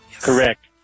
Correct